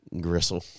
gristle